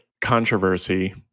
controversy